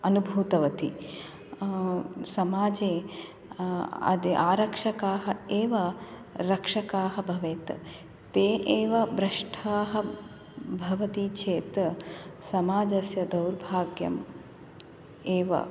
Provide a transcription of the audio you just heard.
अनुभूतवती समाजे अदि आरक्षकाः एव रक्षकाः भवेत् ते एव भ्रष्टाः भवति चेत् समाजस्य दौर्भाग्यं एव